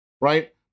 right